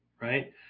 right